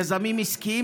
יזמים עסקיים.